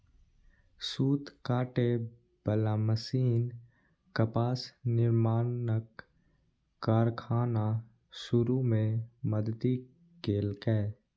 सूत काटे बला मशीन कपास निर्माणक कारखाना शुरू मे मदति केलकै